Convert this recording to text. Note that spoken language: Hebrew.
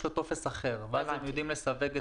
יש לו טופס אחר ואז הם יודעים לסווג.